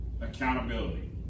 accountability